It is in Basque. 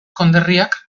konderriak